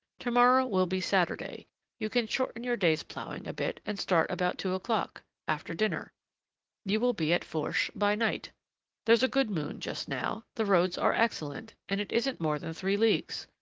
tomorrow will be saturday you can shorten your day's ploughing a bit and start about two o'clock, after dinner you will be at fourche by night there's a good moon just now, the roads are excellent, and it isn't more than three leagues.